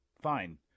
Fine